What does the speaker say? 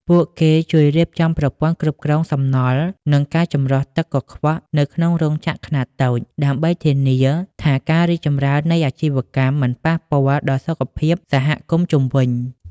ពួកគេជួយរៀបចំប្រព័ន្ធគ្រប់គ្រងសំណល់ និងការចម្រោះទឹកកខ្វក់នៅក្នុងរោងចក្រខ្នាតតូច ដើម្បីធានាថាការរីកចម្រើននៃអាជីវកម្មមិនប៉ះពាល់ដល់សុខភាពសហគមន៍ជុំវិញ។